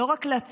לא רק להציל.